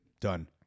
Done